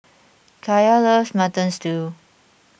Kaya loves Mutton Stew